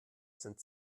sind